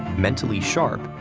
mentally sharp,